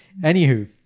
Anywho